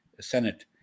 senate